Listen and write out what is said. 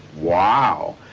wow!